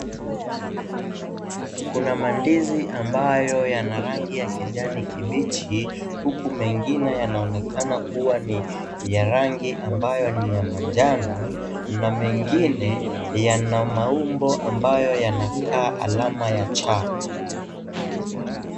Kuna mandizi ambayo yana rangi ya kijani kibichi ,huku mengine yanaonekana kuwa ni ya rangi ambayo ni ya manjano na mengine yana maumbo ambayo yanakaa alama ya Cha.